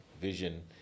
vision